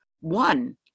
one